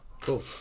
cool